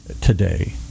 today